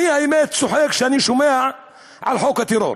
האמת, אני צוחק כשאני שומע על חוק הטרור.